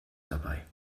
dabei